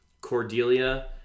Cordelia